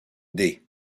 dés